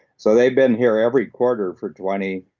so they've been here every quarter for twenty,